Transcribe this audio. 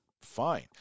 fine